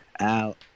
Out